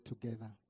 together